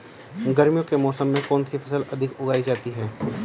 गर्मियों के मौसम में कौन सी फसल अधिक उगाई जाती है?